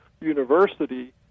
University